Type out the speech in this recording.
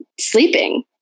sleeping